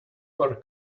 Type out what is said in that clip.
were